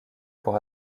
pour